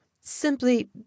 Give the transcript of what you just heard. simply